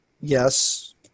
Yes